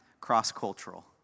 cross-cultural